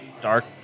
dark